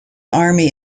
army